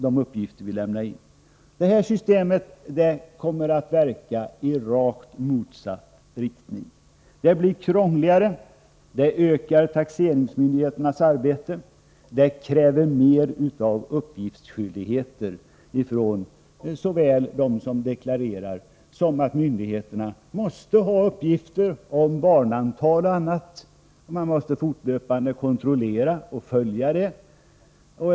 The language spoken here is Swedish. Det här systemet kommer alltså att verka i rakt motsatt riktning. Det gör arbetet krångligare, det ökar taxeringsmyndigheternas arbete, det kräver mer av uppgiftsskyldighet från dem som deklarerar. Myndigheterna måste ha uppgifter om barnantal och annat, och mai. såste fortlöpande kontrollera och följa det hela.